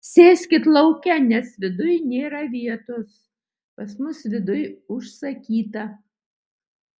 sėskit lauke nes viduj nėra vietos pas mus viduj užsakyta